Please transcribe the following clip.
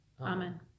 amen